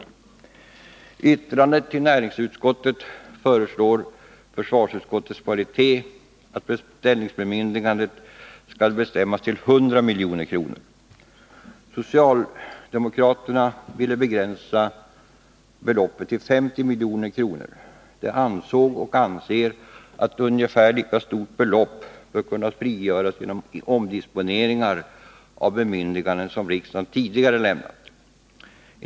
I yttrandet till näringsutskottet föreslår försvarsutskottets majoritet att bestäliningsbemyndigandet skall bestämmas till 100 milj.kr. Socialdemokraterna ville begränsa beloppet till 50 milj.kr. De ansåg och anser att ett ungefär lika stort belopp bör kunna frigöras genom omdisponeringar av bemyndiganden som riksdagen har lämnat tidigare.